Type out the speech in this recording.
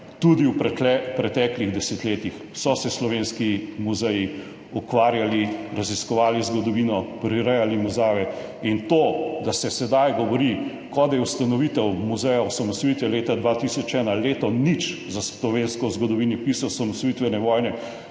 tudi v preteklih desetletjih so se slovenski muzeji ukvarjali, raziskovali zgodovino, prirejali razstave. To, da se sedaj govori, da je ustanovitev muzeja osamosvojitve leta 2001 leto nič za slovensko zgodovino osamosvojitvene vojne,